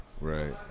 Right